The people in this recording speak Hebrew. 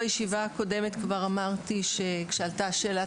בישיבה הקודמת כבר אמרתי כשעלתה שאלת